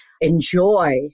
enjoy